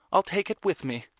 i'll take it with me.